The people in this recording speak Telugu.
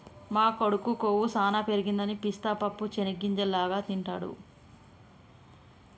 మా కొడుకు కొవ్వు సానా పెరగదని పిస్తా పప్పు చేనిగ్గింజల లాగా తింటిడు